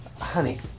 Honey